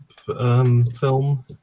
Film